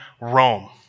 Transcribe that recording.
Rome